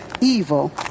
evil